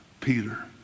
Peter